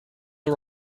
all